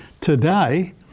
Today